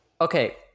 Okay